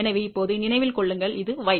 எனவே இப்போது நினைவில் கொள்ளுங்கள் இது y